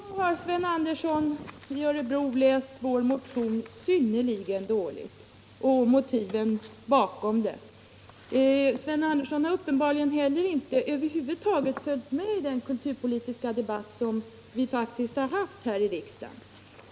Herr talman! Då har Sven Andersson i Örebro läst vår motion synnerligen dåligt. Sven Andersson har uppenbarligen över huvud taget inte följt med i den kulturpolitiska debatt som vi har haft här i riksdagen.